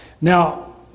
Now